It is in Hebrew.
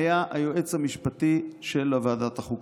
זה היה היועץ המשפטי של ועדת החוקה.